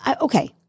Okay